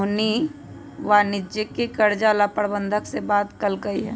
मोहिनी वाणिज्यिक कर्जा ला प्रबंधक से बात कलकई ह